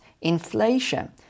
inflation